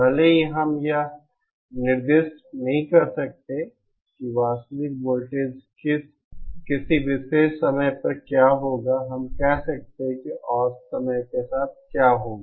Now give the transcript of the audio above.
भले ही हम यह निर्दिष्ट नहीं कर सकते कि वास्तविक वोल्टेज किसी विशेष समय पर क्या होगा हम कह सकते हैं कि औसत समय के साथ क्या होगा